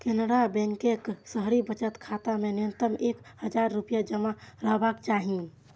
केनरा बैंकक शहरी बचत खाता मे न्यूनतम एक हजार रुपैया जमा रहबाक चाही